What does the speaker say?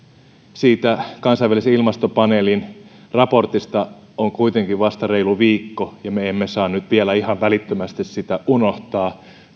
kansainvälisen ilmastopaneelin raportista on kuitenkin vasta reilu viikko ja me emme saa nyt ihan välittömästi sitä unohtaa